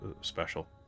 special